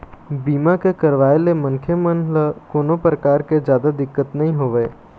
बीमा के करवाय ले मनखे मन ल कोनो परकार के जादा दिक्कत नइ होवय